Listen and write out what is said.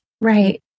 Right